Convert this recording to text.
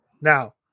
Now